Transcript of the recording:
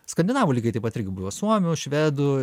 skandinavų lygiai taip pat irgi buvo suomių švedų